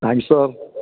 thanks sir